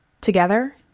Together